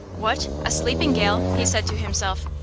what, a sleeping gal! he said to himself.